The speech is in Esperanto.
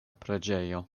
preĝejo